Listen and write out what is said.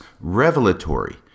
revelatory